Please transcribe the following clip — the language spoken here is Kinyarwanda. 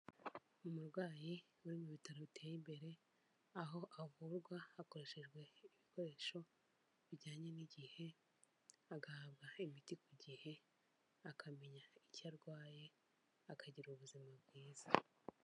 Umurwayi uri mu bitaro biteye imbere, aho avurwa hakoreshejwe ibikoresho bijyanye n'igihe, agahabwa imiti ku gihe, akamenya icyo arwaye akagira ubuzima bwiza.